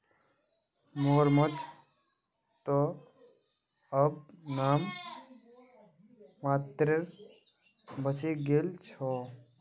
मगरमच्छ त अब नाम मात्रेर बचे गेल छ